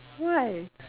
why